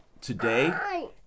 today